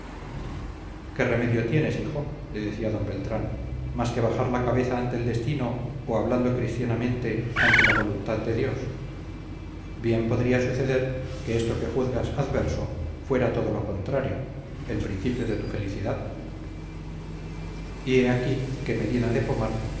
qué remedio tienes hijo le decía d beltrán más que bajar la cabeza ante el destino o hablando cristianamente ante la voluntad de dios bien podría suceder que esto que juzgas adverso fuera todo lo contrario el principio de tu felicidad y he aquí que medina de pomar